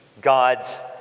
God's